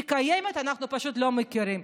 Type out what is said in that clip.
היא קיימת, אנחנו פשוט לא מכירים.